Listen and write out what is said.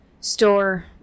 store